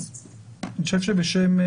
אז אני חושב שבשם,